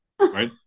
right